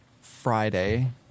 Friday